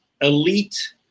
elite